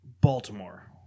Baltimore